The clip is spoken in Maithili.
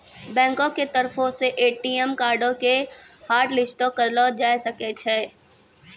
बैंको के तरफो से ए.टी.एम कार्डो के हाटलिस्टो करलो जाय सकै छै